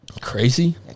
Crazy